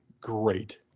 great